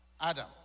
Adam